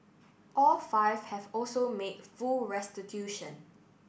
all five have also made full restitution